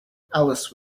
alice